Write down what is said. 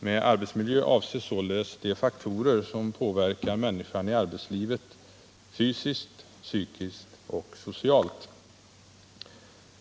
Med arbetsmiljö avses således de faktorer som påverkar människan i arbetslivet fysiskt, psykiskt och socialt.